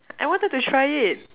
I wanted to try it